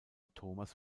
thomas